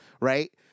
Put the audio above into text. Right